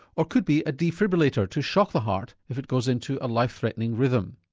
what could be a defibrillator to shock the heart if it goes into a life-threatening rhythm.